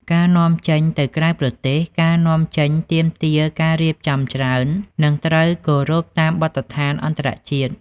ការនាំចេញទៅក្រៅប្រទេស ការនាំចេញទាមទារការរៀបចំច្រើន និងត្រូវគោរពតាមបទដ្ឋានអន្តរជាតិ។